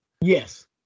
Yes